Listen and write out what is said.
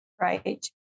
Right